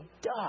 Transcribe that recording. die